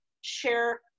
share